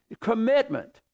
commitment